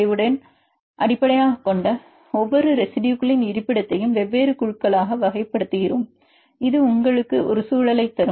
ASA ஐ அடிப்படையாகக் கொண்ட ஒவ்வொரு ரெசிடுயுகளின் இருப்பிடத்தையும் வெவ்வேறு குழுக்களாக வகைப்படுத்துகிறோம் இது உங்களுக்கு சூழலைத் தரும்